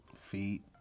Feet